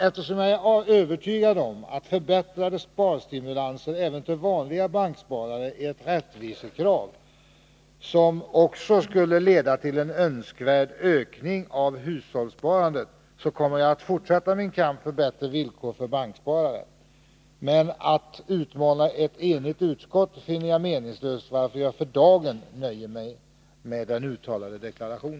Eftersom jag är övertygad om att förbättrade sparstimulanser även till vanliga banksparare är ett rättvisekrav som skulle leda till en önskvärd ökning av hushållssparandet, kommer jag att fortsätta min kamp för bättre villkor för banksparare. Men att utmana ett enigt utskott finner jag meningslöst, varför jag för dagen nöjer mig med nyss uttalade deklaration.